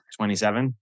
27